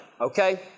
okay